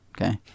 okay